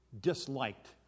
disliked